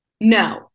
No